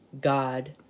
God